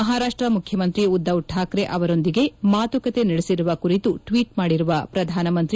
ಮಹಾರಾಷ್ಟ ಮುಖ್ಯಮಂತ್ರಿ ಉದ್ದವ್ ಕಾಕ್ರೆ ಅವರೊಂದಿಗೆ ಮಾತುಕತೆ ನಡೆಸಿರುವ ಕುರಿತು ಟ್ವೀಟ್ ಮಾಡಿರುವ ಶ್ರಧಾನ ಮಂತ್ರಿ